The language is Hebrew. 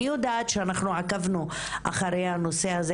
אני יודעת שאנחנו עקבנו אחרי הנושא הזה,